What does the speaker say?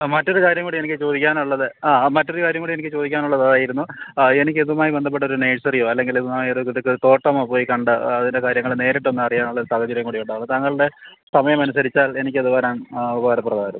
അ മറ്റൊര് കാര്യം കൂടി എനിക്ക് ചോദിക്കാനുള്ളത് ആ മറ്റൊരു കാര്യം കൂടി എനിക്ക് ചോദിക്കാനുള്ളതായിരുന്നു എനിക്കിതുമായി ബന്ധപ്പെട്ടൊരു നേഴ്സറിയോ അല്ലെങ്കില് ഇതുമായൊര്തെട്ക്ക് തോട്ടമോ പോയി കണ്ടാൽ അതിൻ്റെ കാര്യങ്ങള് നേരിട്ടൊന്നറിയാനുള്ളൊരു സാഹചര്യം കൂടി ഉണ്ടാകുന്ന തങ്കളുടെ സമയം എനിക്കത് വരാൻ ഉപകാരപ്രദവായിരുന്നു